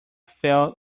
fell